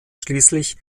schließlich